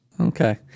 Okay